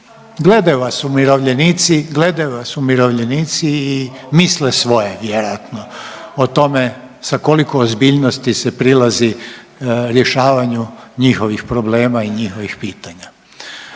gledaju vas umirovljenici i misle svoje vjerojatno o tome sa koliko ozbiljnosti se prilazi rješavanju njihovih problema i njihovih pitanja.